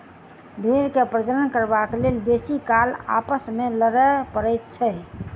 भेंड़ के प्रजनन करबाक लेल बेसी काल आपस मे लड़य पड़ैत छै